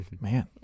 Man